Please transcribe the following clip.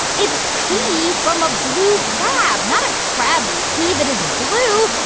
it's pee from a blue crab, not a crab's pee that is blue.